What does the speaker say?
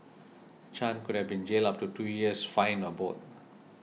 Chan could have been jailed up to two years fined or both